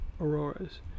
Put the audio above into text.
auroras